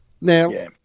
Now